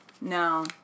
No